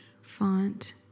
font